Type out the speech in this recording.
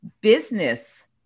business